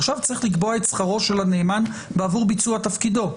עכשיו צריך לקבוע את שכרו של הנאמן בעבור ביצוע תפקידו.